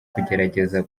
kugerageza